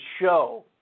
show